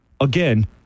Again